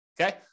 Okay